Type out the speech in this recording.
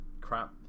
crap